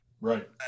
right